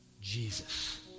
Jesus